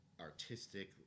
artistic